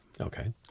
Okay